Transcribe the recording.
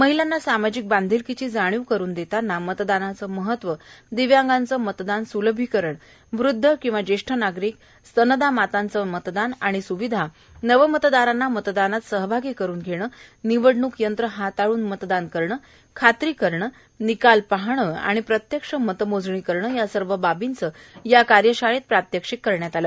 महिलांना सामाजिक बांधलकीची जाणीव करुन देतांना मतदानाचं महत्व दिव्यांगांचं मतदान सुलभीकरण वृध्द ज्येष्ठ नागरिक स्तनदा मातांचं मतदान आणि सुविधा नवमतदारांना मतदानात सहभागी करुन घेणं निवडणूक यंत्र हाताळून मतदान करणं खात्री करणं निकाल पाहणं आणि प्रत्यक्ष मतमोजणी करणं या सर्व बाबींचं या कार्यशाळेत प्रात्यक्षिक करण्यात आलं